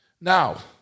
now